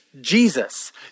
Jesus